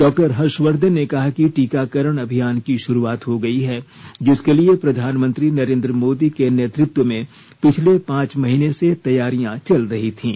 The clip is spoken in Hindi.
डॉक्टर हर्षवर्धन ने कहा कि टीकाकरण अभियान की शुरुआत हो गई है जिसके लिए प्रधानमंत्री नरेन्द्र मोदी के नेतृत्व में पिछले पांच महीने से तैयारियां चल रही थीं